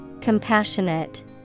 Compassionate